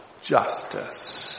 justice